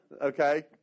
Okay